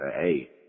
hey